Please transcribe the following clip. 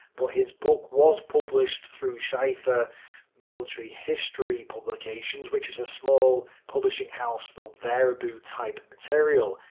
but his book was published through schiffer military history publications, which is a small publishing house for wehraboo-type material,